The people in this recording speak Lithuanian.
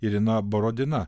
irina borodina